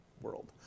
world